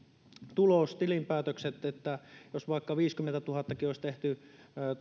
tulos tilinpäätökset ja jos vaikka viisikymmentätuhattakin olisi tehty